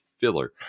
filler